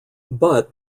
but